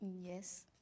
Yes